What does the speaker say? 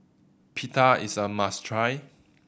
pita is a must try